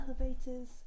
elevators